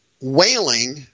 wailing